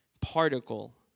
particle